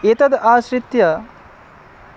एतद् आश्रित्य